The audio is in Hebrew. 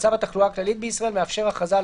ומצב התחלואה הכללית בישראל מאפשר הכרזה על